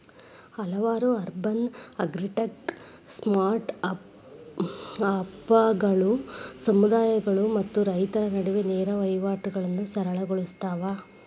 ಹಲವಾರು urban agritech ಸ್ಟಾರ್ಟ್ಅಪ್ಗಳು ಸಮುದಾಯಗಳು ಮತ್ತು ರೈತರ ನಡುವೆ ನೇರ ವಹಿವಾಟುಗಳನ್ನಾ ಸರಳ ಗೊಳ್ಸತಾವ